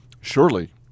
Surely